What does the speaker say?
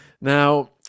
Now